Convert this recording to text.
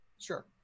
Sure